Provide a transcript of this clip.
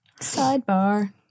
Sidebar